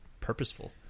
purposeful